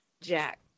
Jack